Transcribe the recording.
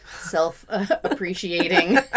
self-appreciating